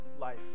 life